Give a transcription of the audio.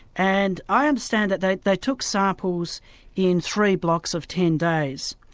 and i understand that they they took samples in three blocks of ten days,